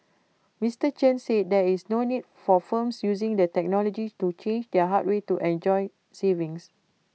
Mister Chen said there is no need for firms using the technology to change their hardware to enjoy savings